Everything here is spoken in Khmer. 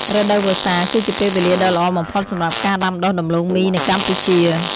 រដូវវស្សាគឺជាពេលវេលាដ៏ល្អបំផុតសម្រាប់ការដាំដុះដំឡូងមីនៅកម្ពុជា។